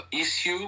issue